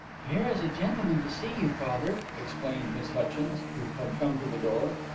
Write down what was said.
here is a gentleman to see you, father, explained miss hutchins, who had come to the door.